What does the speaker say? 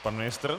Pan ministr.